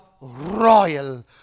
royal